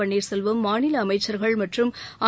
பன்னீர் செல்வம் மாநில அமைச்சர்கள் மற்றும் அ